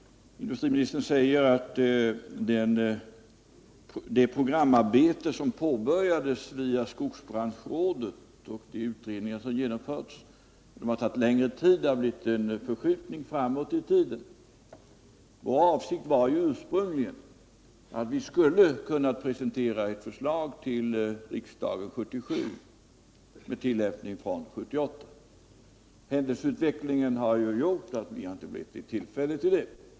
Industriministern säger att det programarbete som påbörjats via skogsbranschrådet och de utredningar som genomförts har tagit lång tid, det har blivit en förskjutning framåt i tiden. Vår avsikt var ursprungligen att kunna presentera ett förslag för riksdagen 1977 med tillämpning från 1978. Händelseutvecklingen har gjort att vi inte fått tillfälle till det.